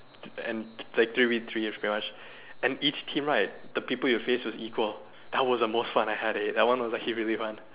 and like three v three is pretty much and each team right the people you face is equal that was the most fun I had eh that one was actually really fun